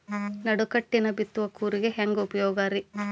ನಡುಕಟ್ಟಿನ ಬಿತ್ತುವ ಕೂರಿಗೆ ಹೆಂಗ್ ಉಪಯೋಗ ರಿ?